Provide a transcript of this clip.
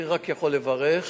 אני רק יכול לברך.